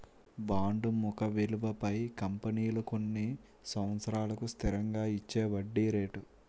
bond ముఖ విలువపై కంపెనీలు కొన్ని సంవత్సరాలకు స్థిరంగా ఇచ్చేవడ్డీ రేటు